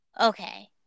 okay